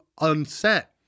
unset